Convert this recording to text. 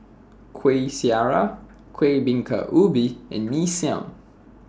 Kuih Syara Kuih Bingka Ubi and Mee Siam